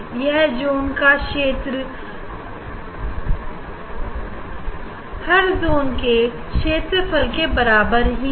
यह जून का क्षेत्र हरदोल के क्षेत्र के बराबर ही है